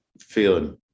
feeling